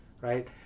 right